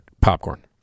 popcorn